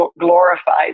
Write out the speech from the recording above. glorified